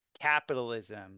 capitalism